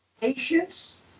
Patience